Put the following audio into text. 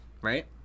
Right